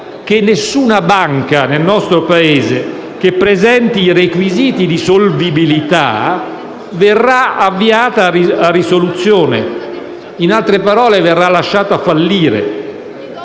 che nessuna banca nel nostro Paese che presenti requisiti di solvibilità verrà avviata a risoluzione, in altre parole verrà lasciata fallire.